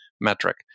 metric